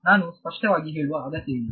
ನಾನು ಸ್ಪಷ್ಟವಾಗಿ ಹೇಳುವ ಅಗತ್ಯವಿಲ್ಲ